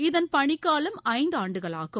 இதன் பணிக்காலம் ஐந்து ஆண்டுகளாகும்